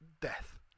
death